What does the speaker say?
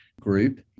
group